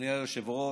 אדוני היושב-ראש,